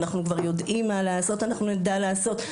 אנחנו כבר יודעים ונדע מה לעשות,